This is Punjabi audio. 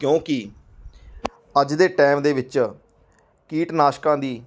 ਕਿਉਂਕਿ ਅੱਜ ਦੇ ਟਾਈਮ ਦੇ ਵਿੱਚ ਕੀਟਨਾਸ਼ਕਾਂ ਦੀ